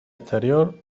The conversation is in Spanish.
exterior